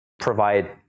provide